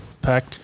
pack